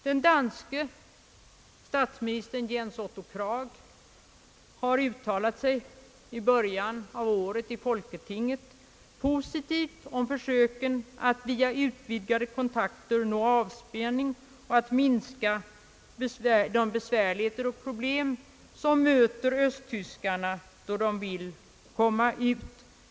Den danske statsministern Jens Otto Krag har i början av året i folketinget uttalat sig positivt om försöken att via utvidgade kontakter nå avspänning och att minska de besvärligheter och problem som möter östtyskarna då de vill resa ut.